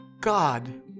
God